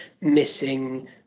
missing